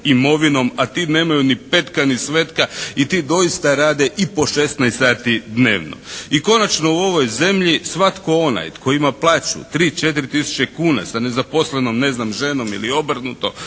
imovinom, a nemaju ni petka ni svetka, i ti doista rade i po 16 sati dnevno. I konačno, u ovoj zemlji svatko onaj koji ima plaću 3, 4 tisuće kuna sa nezaposlenom ne znam ženom ili obrnuto